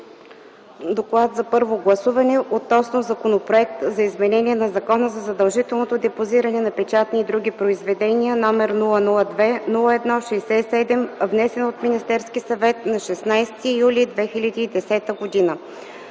„ДОКЛАД за първо гласуване относно Законопроект за изменение на Закона за задължителното депозиране на печатни и други произведения № 002-01-67, внесен от Министерски съвет на 16 юли 2010 г.